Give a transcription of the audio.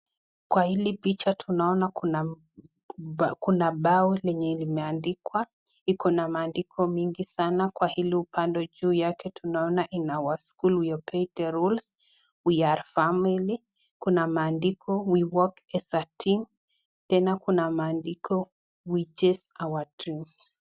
Kwa hili picha tunaona kuna bao lenye limeandikwa, iko na maandiko mingi sana kwa hili pande juu yake tunaona in our school we obey rules, we are family kuna maandiko we work as a team tena kuna maandiko we chase our dreams .